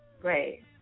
great